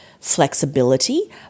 flexibility